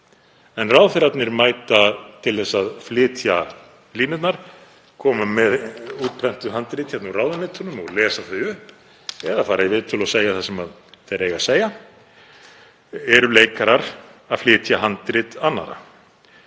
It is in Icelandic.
en ráðherrarnir mæta til að flytja línurnar, koma hér með útprentuð handrit úr ráðuneytunum og lesa þau upp eða fara í viðtöl og segja það sem þeir eiga að segja. Þeir eru leikarar að flytja handrit annarra.